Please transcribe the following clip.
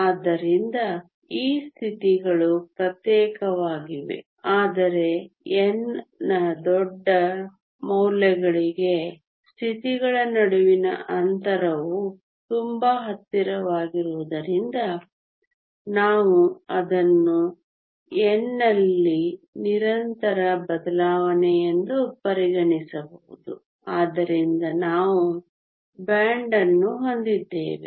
ಆದ್ದರಿಂದ ಈ ಸ್ಥಿತಿಗಳು ಪ್ರತ್ಯೇಕವಾಗಿವೆ ಆದರೆ N ನ ದೊಡ್ಡ ಮೌಲ್ಯಗಳಿಗೆ ಸ್ಥಿತಿಗಳ ನಡುವಿನ ಅಂತರವು ತುಂಬಾ ಹತ್ತಿರವಾಗಿರುವುದರಿಂದ ನಾವು ಅದನ್ನು N ನಲ್ಲಿ ನಿರಂತರ ಬದಲಾವಣೆಯೆಂದು ಪರಿಗಣಿಸಬಹುದು ಆದ್ದರಿಂದ ನಾವು ಬ್ಯಾಂಡ್ ಅನ್ನು ಹೊಂದಿದ್ದೇವೆ